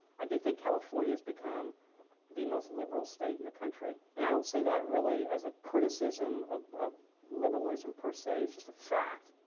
i do think california has become the most liberal state in the country. and i don't say that, really, as a criticism of of liberalism per se. it's just a fact.